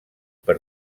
per